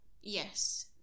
yes